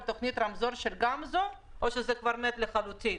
תוכנית הרמזור של גמזו או שזה כבר מת לחלוטין?